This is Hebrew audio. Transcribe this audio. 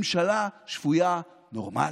ממשלה שפויה, נורמלית,